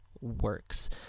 works